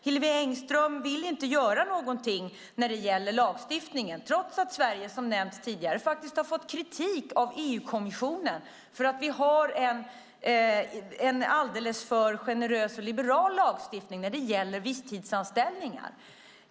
Hillevi Engström vill inte göra någonting när det gäller lagstiftningen trots att Sverige, som nämnts tidigare, har fått kritik av EU-kommissionen för att vi har en alldeles för generös och liberal lagstiftning när det gäller visstidsanställningar.